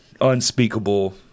unspeakable